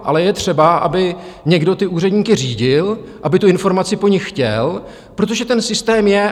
Ale je třeba, aby někdo ty úředníky řídil, aby tu informaci po nich chtěl, protože ten systém je.